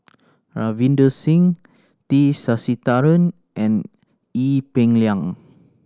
Ravinder Singh T Sasitharan and Ee Peng Liang